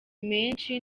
menshi